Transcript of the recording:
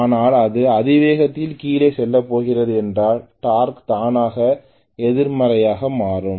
ஆனால் அது அதிவேகத்தில் கீழே செல்லப் போகிறது என்றால் டார்க் தானாக எதிர்மறையாக மாறும்